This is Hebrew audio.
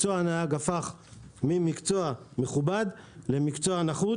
מקצוע הנהג הפך ממקצוע מכובד למקצוע נחות